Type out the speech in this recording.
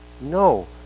no